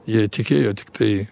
jie tikėjo tiktai